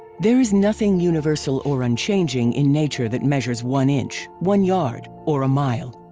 there is nothing universal or unchanging in nature that measures one inch, one yard or a mile.